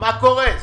מה קורה?